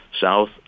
south